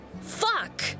Fuck